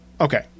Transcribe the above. Okay